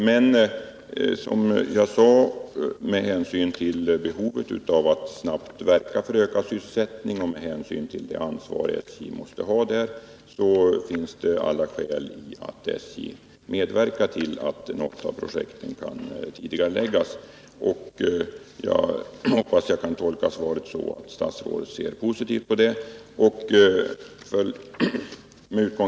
Men, som jag sade, med hänsyn till behovet att snabbt verka för ökad sysselsättning och med hänsyn till det ansvar SJ måste ha för detta finns alla skäl att SJ medverkar till att något av projekten kan tidigareläggas. Jag hoppas att jag kan tolka svaret som att statsrådet ser positivt på detta.